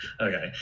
okay